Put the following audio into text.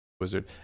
Wizard